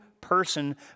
person